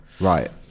right